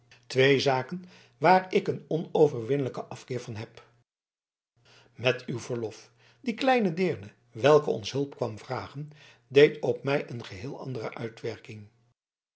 twee zaken waar ik een onoverwinnelijken afkeer van heb met uw verlof die kleine deerne welke ons hulp kwam vragen deed op mij een geheel andere uitwerking